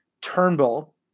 turnbull